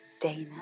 Dana